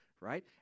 right